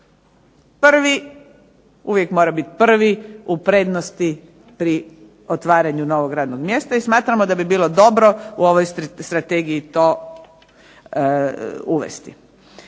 Prvi uvijek mora biti prvi u prednosti pri otvaranju novog radnog mjesta. I smatramo da bi bilo dobro u ovoj Strategiji to uvesti.